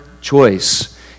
choice